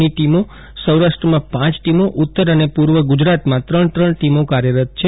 ની ટીમો સૌરાષ્ટ્રમાં પાંચ ટીમો ઉત્તર અને પૂર્વ ગુજરાતમાં ત્રણ ત્રણ ટીમો કાર્યરત છે